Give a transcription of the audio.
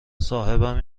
صاحبم